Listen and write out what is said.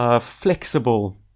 flexible